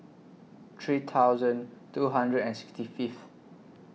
three thousand two hundred and sixty Fifth